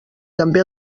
també